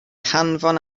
hanfon